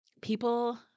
people